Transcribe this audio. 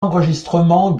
enregistrements